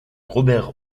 robert